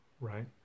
right